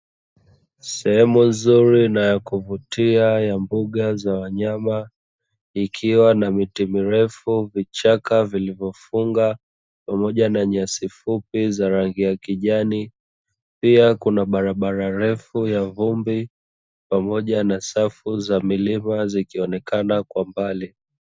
Sehemu nzuri na yakuvutia ya mbuga za wanyama ikiwa na miti mirefu, vichaka vilivyofunga, pamoja na nyasi fupi za rangi ya kijani, pia kuna barabara refu ya vumbi pamoja na safu za milima zikionekana kwa mbali.